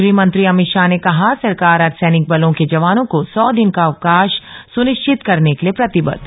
गृहमंत्री अमित शाह ने कहा सरकार अर्धसैनिक बलों के जवानों को सौ दिन का अवकाश सुनिश्चित करने के लिए प्रतिबद्ध